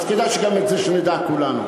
אז כדאי שגם את זה נדע כולנו.